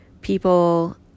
people